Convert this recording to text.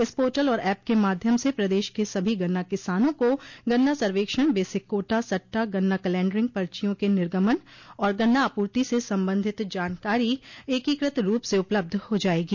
इस पोर्टल और एप के माध्यम से प्रदेश के सभी गन्ना किसानों को गन्ना सर्वेक्षण बेसिक कोटा सट्टा गन्ना कलैडंरिंग पर्चियों के निर्गमन और गन्ना आपूर्ति से संबंधित जानकारी एकीकृत रूप से उपलब्ध हो जायेगी